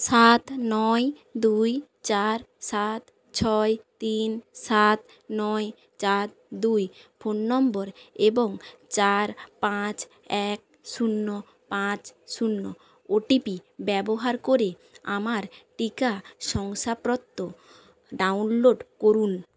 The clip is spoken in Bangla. সাত নয় দুই চার সাত ছয় তিন সাত নয় চার দুই ফোন নম্বর এবং চার পাঁচ এক শূন্য পাঁচ শূন্য ও টি পি ব্যবহার করে আমার টিকা শংসাপ্রত্ত ডাউনলোড করুন